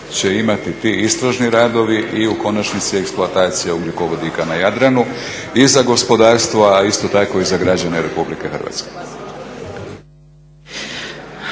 će imati ti istražni radovi i u konačnici eksploatacija ugljikovodika na Jadranu i za gospodarstvo a isto tako i za građane Republike Hrvatske?